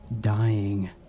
dying